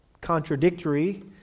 contradictory